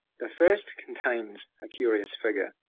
the first contains a curious figure,